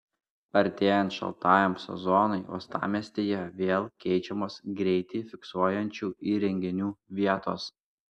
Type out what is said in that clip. artėjant šaltajam sezonui uostamiestyje vėl keičiamos greitį fiksuojančių įrenginių vietos